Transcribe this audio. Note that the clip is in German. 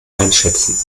einschätzen